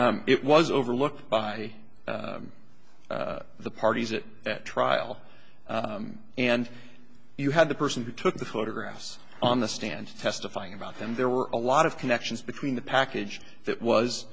and it was overlooked by the parties at that trial and you had the person who took the photographs on the stand testifying about them there were a lot of connections between the package that was